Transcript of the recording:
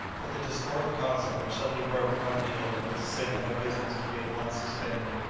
but the discordant concert which suddenly broke upon the ear was the signal for business to be at once suspended.